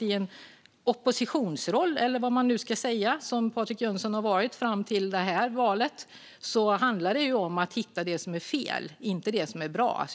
I en oppositionsroll, eller vad man nu ska kalla det som Patrik Jönsson har varit i fram till det senaste valet, handlar det såklart om att hitta det som är fel och inte det som är bra.